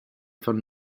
von